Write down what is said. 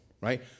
right